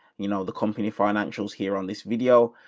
you know, the company financials here on this video,